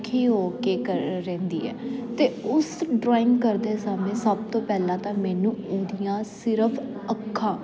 ਦੁਖੀ ਹੋ ਕੇ ਘਰ ਰਹਿੰਦੀ ਹੈ ਅਤੇ ਉਸ ਡਰਾਇੰਗ ਕਰਦੇ ਸਮੇਂ ਸਭ ਤੋਂ ਪਹਿਲਾਂ ਤਾਂ ਮੈਨੂੰ ਉਹਦੀਆਂ ਸਿਰਫ ਅੱਖਾਂ